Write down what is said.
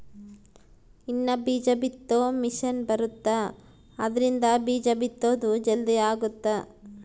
ಇನ್ನ ಬೀಜ ಬಿತ್ತೊ ಮಿಸೆನ್ ಬರುತ್ತ ಆದ್ರಿಂದ ಬೀಜ ಬಿತ್ತೊದು ಜಲ್ದೀ ಅಗುತ್ತ